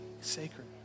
sacred